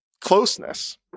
closeness